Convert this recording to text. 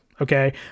Okay